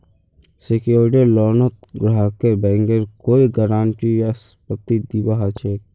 secured लोनत ग्राहकक बैंकेर कोई गारंटी या संपत्ति दीबा ह छेक